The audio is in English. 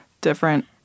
different